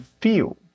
feel